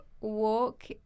walk